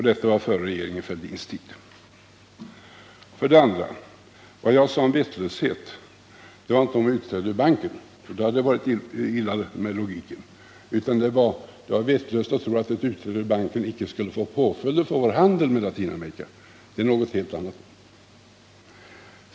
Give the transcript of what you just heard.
Detta var före regeringen Vad jag sade om vettlöshet gällde inte utträde ur banken, för då hade det varit illa med logiken, utan det är vettlöst att tro att utträde ur banken icke skulle få påföljder för vår handel med Latinamerika. Det är någonting helt annat.